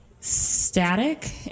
static